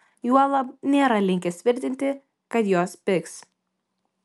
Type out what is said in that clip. juolab nėra linkęs tvirtinti kad jos pigs